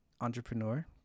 entrepreneur